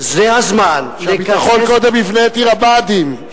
זה מקום שהמצפון מהתל בך לפעמים ואתה חייב להצביע נגד מצפונך,